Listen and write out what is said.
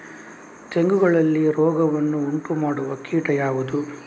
ತೆಂಗುಗಳಲ್ಲಿ ರೋಗವನ್ನು ಉಂಟುಮಾಡುವ ಕೀಟ ಯಾವುದು?